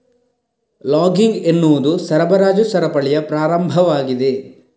logging ಎನ್ನುವುದು ಸರಬರಾಜು ಸರಪಳಿಯ ಪ್ರಾರಂಭವಾಗಿದೆ